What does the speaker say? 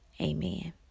Amen